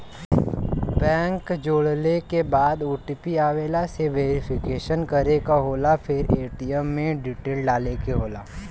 bank जोड़ले के बाद ओ.टी.पी आवेला से वेरिफिकेशन करे क होला फिर ए.टी.एम क डिटेल डाले क होला